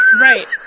Right